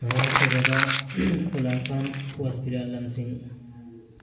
ꯃꯉꯥꯁꯨꯕꯗ ꯈꯨꯂꯥꯛꯄꯝ ꯑꯣꯁꯄꯤꯔ ꯑꯂꯝ ꯁꯤꯡ